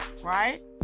right